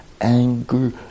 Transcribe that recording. anger